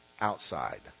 outside